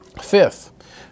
Fifth